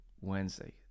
Wednesday